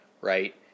Right